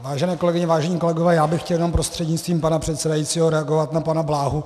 Vážené kolegyně, vážení kolegové, chtěl bych jenom prostřednictvím pana předsedajícího reagovat na pana Bláhu.